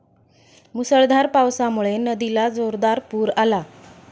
मुसळधार पावसामुळे नदीला जोरदार पूर आला